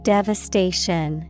Devastation